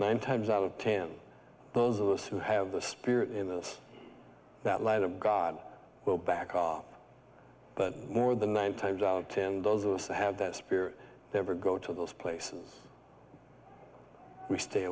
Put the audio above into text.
nine times out of ten those of us who have the spirit in this that light of god will back off but more than nine times out of ten those of us who have that spirit never go to those places we stay